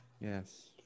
yes